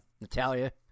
Natalia